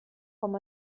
com